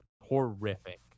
Horrific